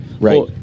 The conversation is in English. right